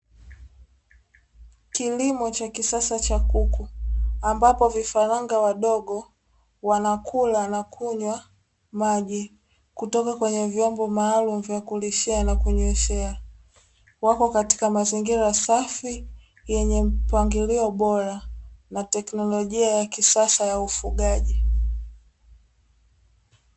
Kilimo cha kisasa cha kuku, ambapo vifaranga wadogo wanakula na kunywa maji, kutoka kwenye vyombo maalumu vya kulishia na kunyweshea, wapo katika mazingira safi yenye mpangilio bora na teknolojia ya kisasa ya ufugaji.